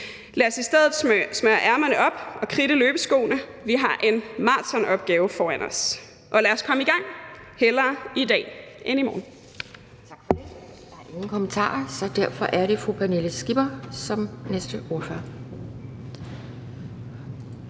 Lad os i stedet smøge ærmerne op og kridte løbeskoene. Vi har en maratonopgave foran os, og lad og komme i gang, hellere i dag end i morgen.